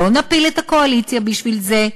לא נפיל את הקואליציה בגלל זה.